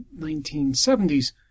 1970s